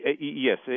Yes